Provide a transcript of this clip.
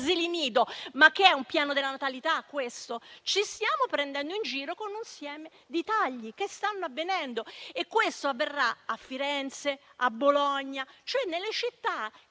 asili nido, è un piano della natalità questo? Ci stiamo prendendo in giro con l'insieme dei tagli che stanno avvenendo, e questo avverrà a Firenze e a Bologna, cioè nelle città